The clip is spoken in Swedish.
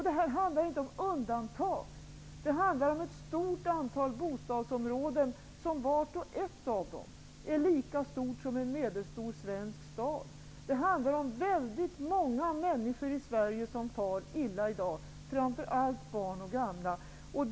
Det här handlar inte om undantag, utan om ett stort antal bostadsområden som vart och ett är lika stort som en medelstor svensk stad. Det är väldigt många människor som i dagens Sverige far illa, framför allt barn och gamla.